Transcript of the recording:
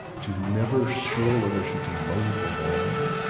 she's never sure whether she can mow the lawn.